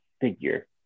figure